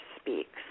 Speaks